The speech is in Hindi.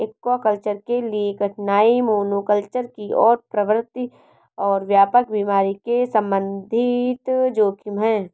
एक्वाकल्चर के लिए कठिनाई मोनोकल्चर की ओर प्रवृत्ति और व्यापक बीमारी के संबंधित जोखिम है